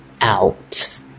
out